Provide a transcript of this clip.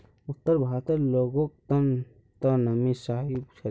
उत्तर भारतेर लोगक त नमी सहबइ ह छेक